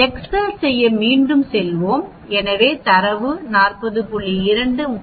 Excel செய்ய மீண்டும் செல்வோம் எனவே தரவு 40